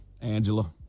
Angela